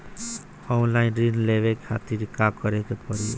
Online ऋण लेवे के खातिर का करे के पड़ी?